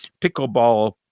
pickleball